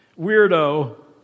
weirdo